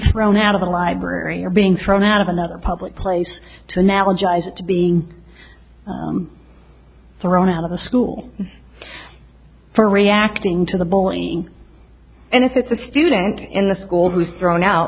thrown out of the library or being thrown out of another public place to analogize to being thrown out of the school for reacting to the bullying and if it's a student in the school who's thrown out